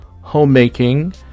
Homemaking